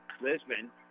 Lisbon